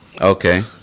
Okay